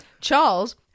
Charles